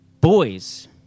boys